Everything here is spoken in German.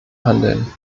handeln